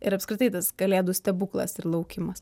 ir apskritai tas kalėdų stebuklas ir laukimas